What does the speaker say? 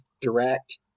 direct